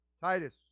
Titus